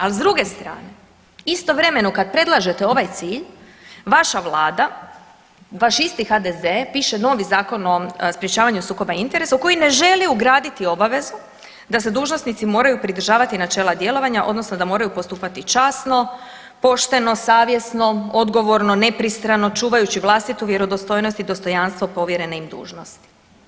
Al s druge strane, istovremeno kad predlažete ovaj cilj, vaša Vlada, vaš isti HDZ piše novi Zakon o sprječavanju sukoba interesa u koji ne želi ugraditi obavezu da se dužnosnici moraju pridržavati načela djelovanja, odnosno da moraju postupati časno, pošteno, savjesno, odgovorno, nepristrano, čuvajući vlastitu vjerodostojnost i dostojanstvo povjerene im dužnosti.